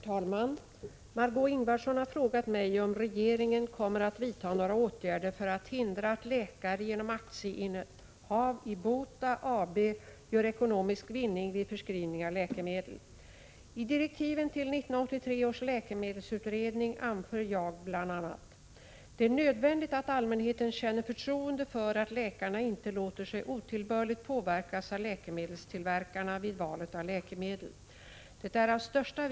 Under förra året fick omkring 13 500 utvalda läkare i öppenvården erbjudande om att teckna aktier i doktorernas egna läkemedelsbolag, BOTA AB. För en insats på drygt 4 000 kr. lovar initiativtagarna och bildarna av BOTA ”en mycket god avkastning på det satsade kapitalet”. Den bärande affärsidén i BOTA är att läkemedelsbolaget skall köpa in substanser som inte längre är patentskyddade. På så sätt kan priserna hållas låga, och läkarna som själva är aktieägare skall, genom att de får en ökad avkastning på sitt kapital om försäljningen går bra, motiveras att skriva ut läkemedel från det egna läkemedelsbolaget.